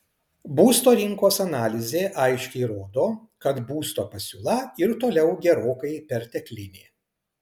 būsto rinkos analizė aiškiai rodo kad būsto pasiūla ir toliau gerokai perteklinė